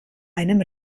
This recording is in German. einem